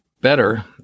better